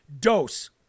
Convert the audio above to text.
dose